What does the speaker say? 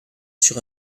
sur